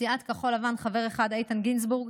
סיעת כחול לבן, חבר אחד: איתן גינזבורג,